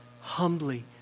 humbly